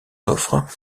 offres